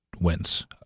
wins